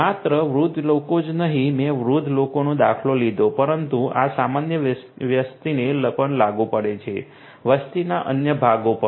માત્ર વૃદ્ધ લોકો જ નહીં મેં વૃદ્ધ લોકોનો દાખલો લીધો પરંતુ આ અન્ય વસ્તીને પણ લાગુ પડે છે વસ્તીના અન્ય ભાગો પણ